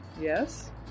Yes